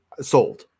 sold